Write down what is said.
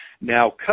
Now